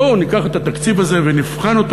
בואו ניקח את התקציב הזה ונבחן אותו